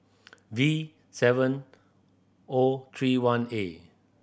V seven O three one A